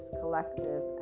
collective